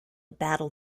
battle